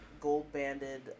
gold-banded